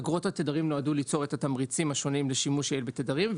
אגרות התדרים נועדו ליצור את התמריצים השונים לשימוש בתדרים,